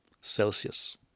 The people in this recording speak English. Celsius